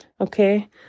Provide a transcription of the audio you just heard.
Okay